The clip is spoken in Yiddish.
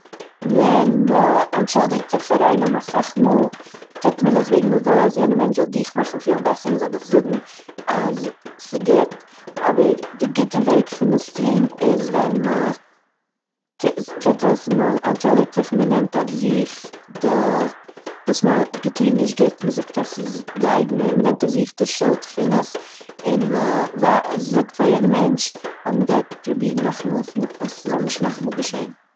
ווען מ'ענטשולדיגט זיך פאר איינעם אסאך מאל טוט מען עס וועגן מ'וויל אז יענער מענטש זאל דיך מאכן פילן בעסער און זאל דיך זאגן אז ס'איז גוט, אבער די גוטע וועג פון עס טוהן איז ווען מ'טו- טוהט עס נא- מ'ענטשולדיגט זיך מ'נעמט אויף זיך די- וואס מ'האט געטוהן נישט גוט, מ'זאגט אז ס'איז די אייגענע- מ'נעמט אויף זיך די שולד פון עס, און מ'ל- מ'זאגט פאר יענעם מענטש אז מ'גייט פראבירן נאכאמאל עס נישט- עס זאל נישט נאכאמאל געשען